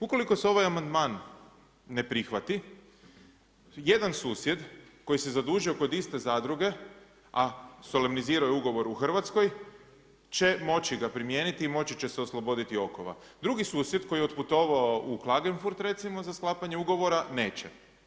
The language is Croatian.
Ukoliko se ovaj amandman ne prihvati, jedan susjed koji se zadužio kod iste zadruge a solemniziraju je ugovor u Hrvatskoj će moći ga primijeniti i moći će se osloboditi okova, drugi susjed koji je otputova u Klagenfurt recimo, za sklapanje ugovora, neće.